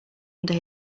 under